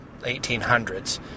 1800s